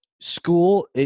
school